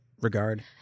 regard